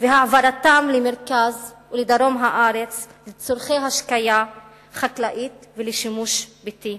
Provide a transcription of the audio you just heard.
והעברתם למרכז ודרום ישראל לצורכי השקיה חקלאית ולשימוש ביתי.